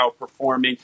outperforming